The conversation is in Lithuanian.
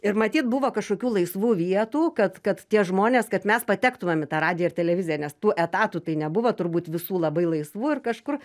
ir matyt buvo kažkokių laisvų vietų kad kad tie žmonės kad mes patektumėm į tą radiją ir televiziją nes tų etatų tai nebuvo turbūt visų labai laisvų ir kažkur